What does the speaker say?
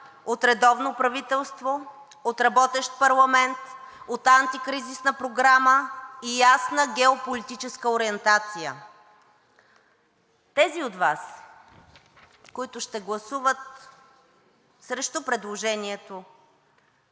от редовно правителство, от работещ парламент, от антикризисна програма и ясна геополитическа ориентация. Тези от Вас, които ще гласуват срещу предложението